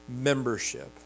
membership